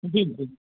जी जी